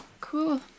Cool